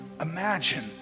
imagine